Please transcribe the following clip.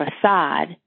facade